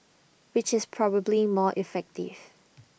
which is probably more effective